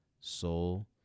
soul